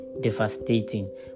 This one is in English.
devastating